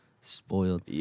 Spoiled